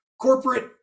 corporate